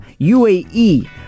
UAE